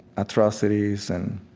atrocities and